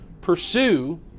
pursue